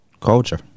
culture